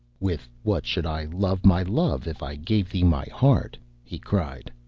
with what should i love my love if i gave thee my heart he cried.